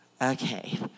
Okay